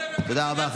תודה רבה.